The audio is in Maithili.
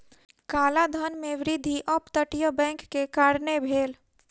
काला धन में वृद्धि अप तटीय बैंक के कारणें भेल